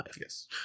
Yes